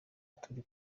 turi